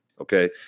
Okay